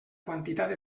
quantitat